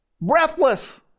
breathless